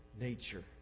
nature